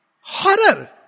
horror